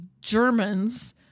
Germans